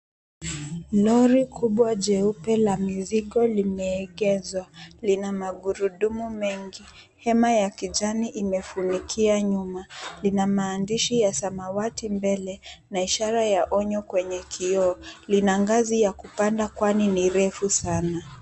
Lori kubwa la mizigo limeegezwa, lina magurudumu mengi. Hema ya kijani imefunikia nyuma, lina maandishi ya samawati mbele na ishara ya onyo kwenye kioo. Lina ngazi ya kupanda kwani ni refu sana.